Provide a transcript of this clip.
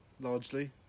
Largely